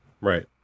Right